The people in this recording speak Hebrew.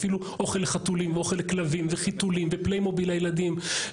אפילו אוכל לחתולים ואוכל לכלבים וחיתולים ופליימוביל לילדים.